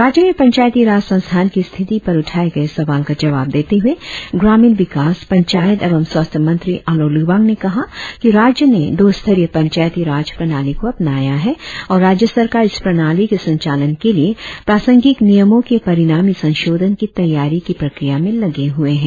राज्य में पंचायती राज संस्थान की स्थिति पर उठाए गए सवाल का जवाब देते हुए ग्रामीण विकास पंचायत एवं स्वास्थ्य मंत्री आलो लिबांग ने कहा कि राज्य ने दो स्तरीय पंचायती राज प्रणाली को अपनाया है और राज्य सरकार इस प्रणाली के संचालन के लिए प्रासंगिक नियमों के परिणामी संशोधन की तैयारी की प्रक्रिया में लगे हुए है